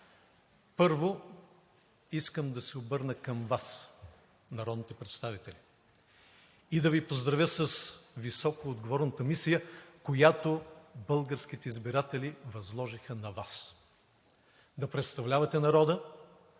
Първо, искам да се обърна към Вас, народните представители, и да Ви поздравя с високоотговорната мисия, която българските избиратели възложиха на Вас – да представлявате народа,